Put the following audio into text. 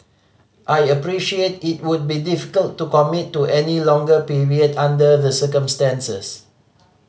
I appreciate it would be difficult to commit to any longer period under the circumstances